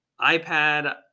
ipad